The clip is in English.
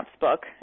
book